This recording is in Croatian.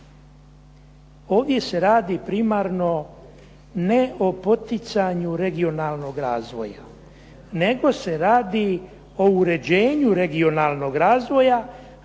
Ovdje se radi primarno ne o poticanju regionalnog razvoja, nego se radi o uređenju regionalnog razvoja,